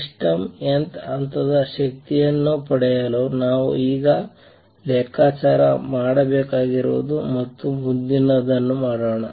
system n th ಹಂತದ ಶಕ್ತಿಯನ್ನು ಪಡೆಯಲು ನಾವು ಈಗ ಲೆಕ್ಕಾಚಾರ ಮಾಡಬೇಕಾಗಿರುವುದು ಮತ್ತು ಮುಂದಿನದನ್ನು ಮಾಡೋಣ